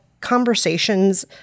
conversations